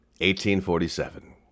1847